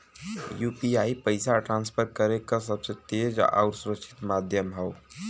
UPI पइसा transfer करे क सबसे तेज आउर सुरक्षित माध्यम हौ